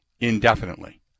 indefinitely